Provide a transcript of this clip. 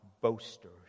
boasters